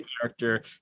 character